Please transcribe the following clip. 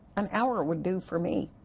an hour would do for me.